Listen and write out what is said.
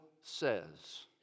says